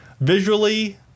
visually